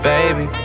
Baby